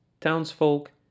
Townsfolk